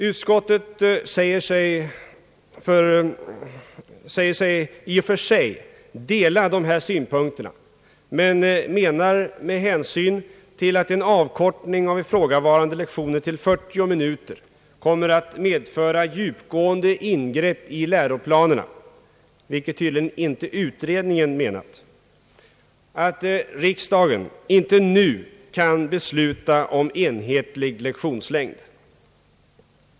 Utskottet säger sig i och för sig dela dessa synpunkter men menar med hänsyn till att en avkortning av ifrågavarande lektioner till 40 minuter kommer att medföra djupgående ingrepp i läroplanerna — vilket tydligen inte utredningen menat — att riksdagen inte nu kan besluta om enhetlig lektionslängd.